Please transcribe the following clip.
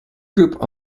group